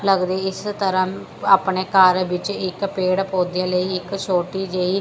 ਲੱਗਦੇ ਇਸ ਤਰ੍ਹਾਂ ਆਪਣੇ ਘਰ ਵਿੱਚ ਇੱਕ ਪੇੜ ਪੌਦੇ ਲਈ ਇੱਕ ਛੋਟੀ ਜਿਹੀ